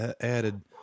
added